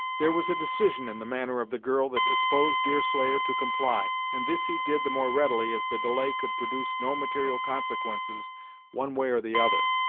there was a decision in the manner of the girl that disposed deerslayer to comply, and this he did the more readily as the delay could produce no material consequences one way or the other.